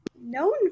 known